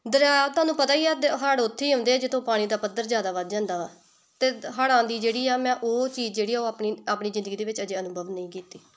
ਦਰਿਆ ਤੁਹਾਨੂੰ ਪਤਾ ਹੀ ਆ ਦੇ ਹੜ੍ਹ ਉੱਥੇ ਹੀ ਆਉਂਦੇ ਆ ਜਿੱਥੋਂ ਪਾਣੀ ਦਾ ਪੱਧਰ ਜ਼ਿਆਦਾ ਵੱਧ ਜਾਂਦਾ ਵਾ ਅਤੇ ਹੜ੍ਹਾਂ ਦੀ ਜਿਹੜੀ ਆ ਮੈਂ ਉਹ ਚੀਜ਼ ਜਿਹੜੀ ਆ ਉਹ ਆਪਣੀ ਆਪਣੀ ਜ਼ਿੰਦਗੀ ਦੇ ਵਿੱਚ ਅਜੇ ਅਨੁਭਵ ਨਹੀਂ ਕੀਤੀ